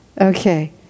Okay